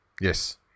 Yes